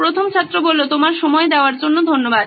প্রথম ছাত্র তোমার সময় দেওয়ার জন্য ধন্যবাদ